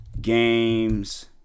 games